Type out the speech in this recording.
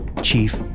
Chief